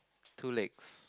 two legs